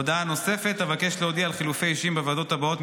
הודעה נוספת: אבקש להודיע על חילופי אישים בוועדות הבאות,